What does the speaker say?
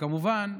כמובן,